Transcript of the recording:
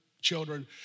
children